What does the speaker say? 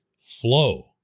flow